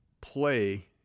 play